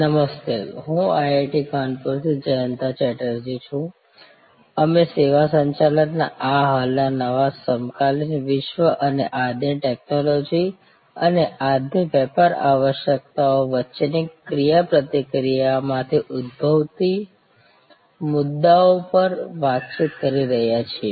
નમસ્તે હું IIT કાનપુર તરફથી જયંતા ચેટર્જી છું અમે સેવા સંચાલન ના આ હાલના નવા સમકાલીન વિશ્વ અને આજની ટેકનોલોજી અને આજની વ્યાપાર આવશ્યકતાઓ વચ્ચેની ક્રિયાપ્રતિક્રિયામાંથી ઉદ્ભવતા મુદ્દાઓ પર વાતચીત કરી રહ્યા છીએ